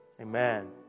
amen